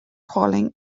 calling